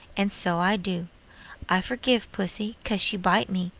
and so i do i forgive pussy cause she bite me,